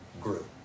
grew